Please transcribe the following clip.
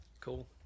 Cool